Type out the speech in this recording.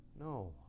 No